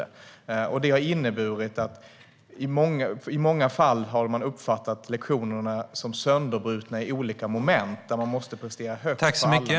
Det har inneburit att man i många fall har uppfattat lektionerna som sönderbrutna i olika moment, där man måste prestera högt på alla moment.